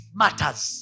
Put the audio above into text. matters